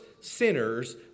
sinners